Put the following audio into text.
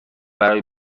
برای